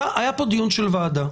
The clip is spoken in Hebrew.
היה פה דיון של וועדה,